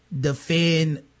defend